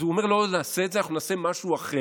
אז הוא אומר: לא נעשה את זה, אנחנו נעשה משהו אחר.